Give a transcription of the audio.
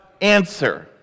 answer